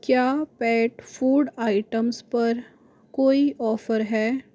क्या pet food items पर कोई ऑफर है